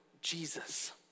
Jesus